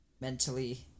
Mentally